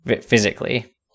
physically